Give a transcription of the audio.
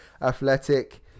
Athletic